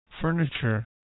furniture